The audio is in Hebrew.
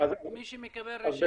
מי שמקבל רישיון זהו?